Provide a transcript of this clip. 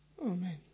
Amen